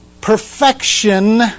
perfection